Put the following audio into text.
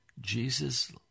Jesus